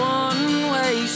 one-way